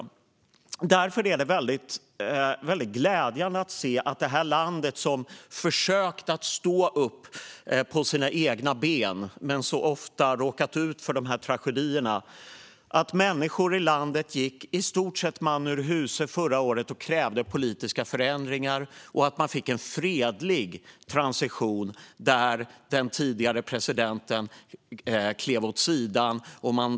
Därför är det glädjande att se att människorna i detta land, som försökt stå på sina egna ben men så ofta råkat ut för tragedier, gick i stort sett man ur huse förra året och krävde politiska förändringar, och man fick en fredlig transition där den tidigare presidenten klev åt sidan.